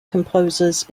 composers